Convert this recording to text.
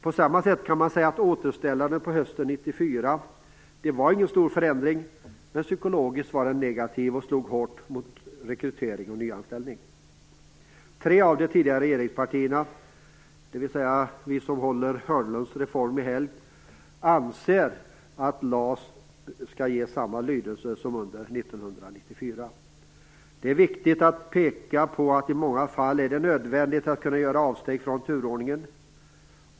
På samma sätt kan man säga att återställaren hösten 1994 inte var en stor förändring, men psykologiskt var den negativ och den slog hårt mot rekrytering och nyanställning. Hörnlunds reform i helgd, anser att LAS skall ges samma lydelse som 1994. Det är viktigt att peka på att det i många fall är nödvändigt att kunna göra avsteg från turordningen.